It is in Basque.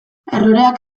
erroreak